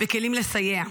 וכלים לסייע.